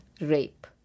rape